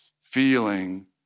feeling